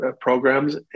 programs